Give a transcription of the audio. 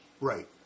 Right